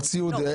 כל ציוד?